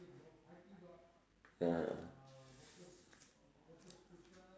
(uh huh)